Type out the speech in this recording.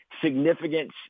significance